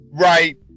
right